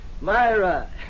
Myra